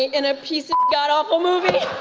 in a piece of godawful movie